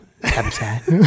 habitat